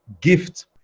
gift